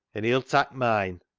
an' he'll tak' mine.